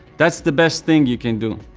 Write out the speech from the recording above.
that's the best thing you can do.